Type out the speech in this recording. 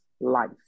life